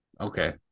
Okay